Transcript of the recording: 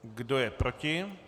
Kdo je proti?